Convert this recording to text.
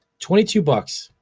twenty two bucks,